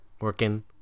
working